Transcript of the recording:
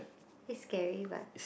it's scary but